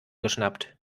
geschnappt